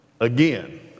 Again